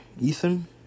Ethan